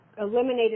Eliminated